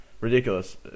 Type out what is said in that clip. ridiculous